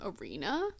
arena